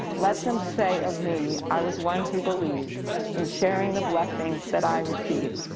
let them say of me i was one who believed in sharing the blessings that i received.